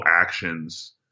actions